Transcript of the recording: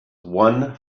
one